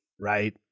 right